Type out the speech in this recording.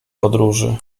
podróży